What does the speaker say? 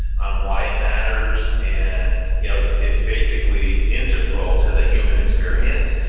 on why it matters. and you know it's it's basically integral to the human experience.